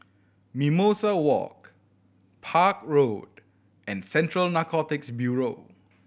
Mimosa Walk Park Road and Central Narcotics Bureau